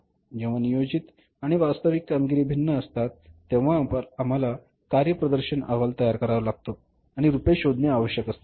जेव्हा नियोजित आणि वास्तविक कामगिरी भिन्न असतात तेव्हा आम्हाला कार्यप्रदर्शन अहवाल तयार करावा लागतो आणि रूपे शोधणे आवश्यक असते